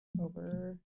over